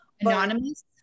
Anonymous